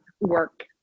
work